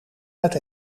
uit